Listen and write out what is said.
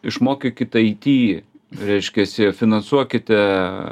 išmokykit ai ty reiškiasi finansuokite